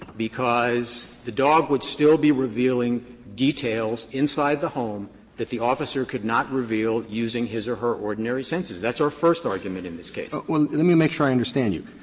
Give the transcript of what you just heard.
because the dog would still be revealing details inside the home that the officer could not reveal using his or her ordinary senses. that's our first argument in this case. roberts well, let me make sure i understand you.